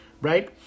Right